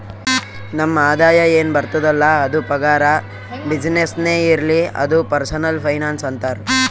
ನಮ್ ಆದಾಯ ಎನ್ ಬರ್ತುದ್ ಅಲ್ಲ ಅದು ಪಗಾರ, ಬಿಸಿನ್ನೆಸ್ನೇ ಇರ್ಲಿ ಅದು ಪರ್ಸನಲ್ ಫೈನಾನ್ಸ್ ಅಂತಾರ್